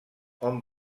hom